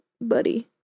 buddy